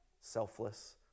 selfless